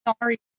Sorry